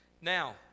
Now